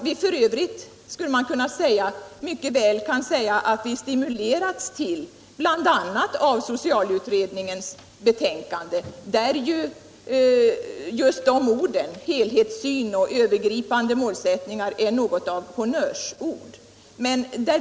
Vi kan mycket väl säga att vi stimulerats av bl.a. socialutredningens betänkande, där helhetssyn och övergripande målsättning är något av honnörsord.